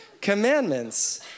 Commandments